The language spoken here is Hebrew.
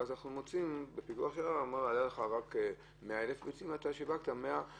ואז אנחנו מוצאים בפיקוח שהיו לו רק 100,000 ביצים והוא שיווק 130,000,